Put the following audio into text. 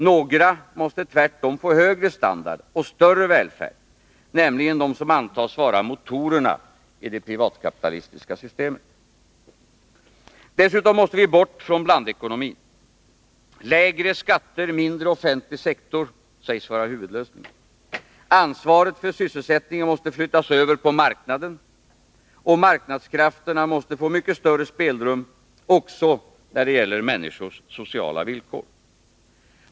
Några måste tvärtom få högre standard och större välfärd — de faktorer som antas vara motorerna i det privatkapitalistiska systemet. Dessutom måste vi bort från blandekonomin. Lägre skatter, en mindre offentlig sektor, det är huvudlösningen. Ansvaret för sysselsättningen måste flyttas över på marknaderna, och marknadskrafterna måste få mycket större spelrum också när det gäller människors sociala villkor.